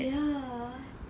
ya